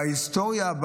בהיסטוריה,